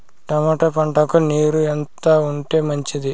Tomato పంటకు నీరు ఎంత ఉంటే మంచిది?